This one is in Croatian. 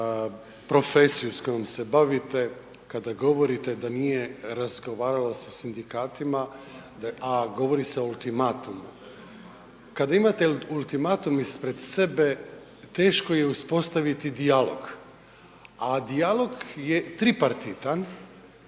profesiju s kojom se bavite, kada govorite da nije razgovaralo se sa sindikatima a govori se o ultimatumu. Kad imate ultimatum ispred sebe, teško je uspostaviti dijalog a dijalog je tripartitan